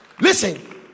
listen